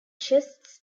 chests